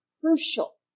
crucial